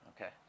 Okay